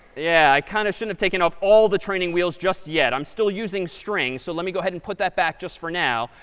yeah, i kind of shouldn't have taken off all the training wheels just yet. i'm still using string. so let me go ahead and put that back just for now.